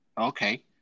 Okay